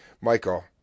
Michael